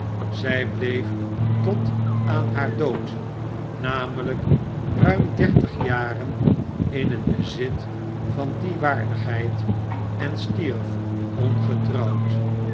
zij bleef tot aan haar dood namelijk ruim dertig jaren in het bezit van die waardigheid en stierf ongetrouwd